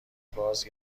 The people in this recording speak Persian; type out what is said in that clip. باز